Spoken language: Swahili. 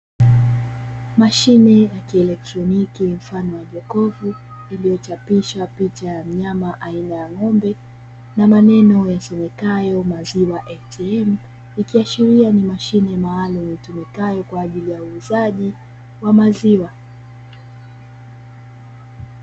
Mashine ya kielektroniki mfano wa jokofu, iliyochapishwa picha ya mnyama aina ya ng'ombe na maneno yasomekayo maziwa "ATM", ikiashiria ni mashine maalumu itumikayo kwa ajili ya uuzaji wa maziwa.